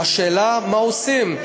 השאלה, מה עושים.